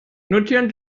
notieren